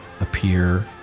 appear